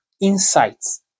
insights